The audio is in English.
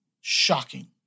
shocking